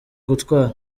gutwara